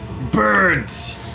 BIRDS